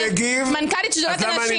כשאני מגיב למה אני מגיב,